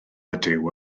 ydyw